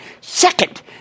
Second